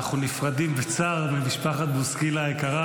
אנחנו נפרדים בצער ממשפחת בוסקילה היקרה.